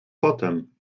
potem